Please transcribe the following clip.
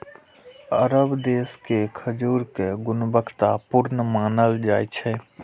अरब देश के खजूर कें गुणवत्ता पूर्ण मानल जाइ छै